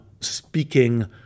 speaking